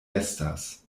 estas